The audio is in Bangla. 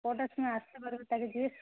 কটার সময় আসতে পারবে তাকে জিজ্ঞেস করবেন